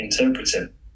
interpreting